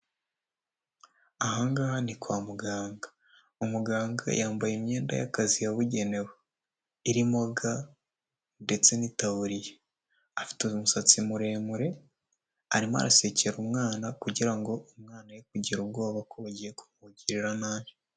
Aha ngaha ni kwa muganga, umuganga yambaye imyenda y'akazi yabugenewe irimo ga ndetse n'itaburiya, afite umusatsi muremure, arimo arasekera umwana kugira ngo umwana yekugira ubwoba ko bagiye kumugirira nabi.